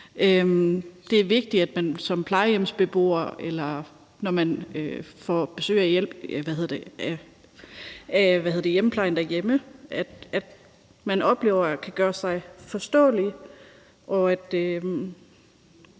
Det er vigtigt, at man som plejehjemsbeboer, eller når man får besøg af hjemmeplejen, oplever at kunne gøre sig forståelig, og at